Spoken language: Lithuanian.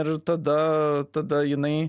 ir tada tada jinai